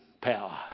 power